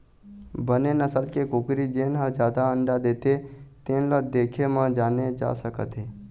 बने नसल के कुकरी जेन ह जादा अंडा देथे तेन ल देखे म जाने जा सकत हे